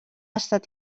estat